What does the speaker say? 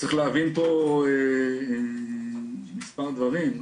צריך להבין פה מספר דברים.